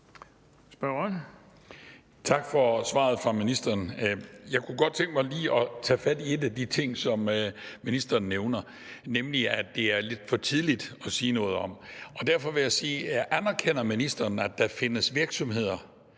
Tak for svaret fra ministeren. Jeg kunne godt tænke mig lige at tage fat i en af de ting, som ministeren nævner, nemlig at det er lidt for tidligt at sige noget om det. Derfor vil jeg spørge: Anerkender ministeren, at der findes virksomheder,